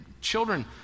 children